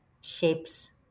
shapes